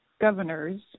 governors